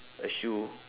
a shoe